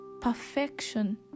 perfection